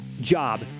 job